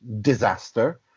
disaster